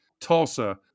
Tulsa